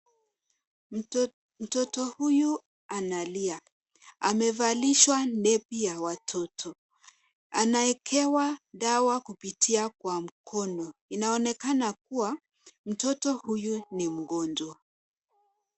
Mtoto huyu analia. Amevalishwa nebi ya watoto. Anawekewa dawa kupitia kwa mkono. Inaonekana kuwa mtoto huyu ni mgonjwa.